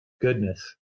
goodness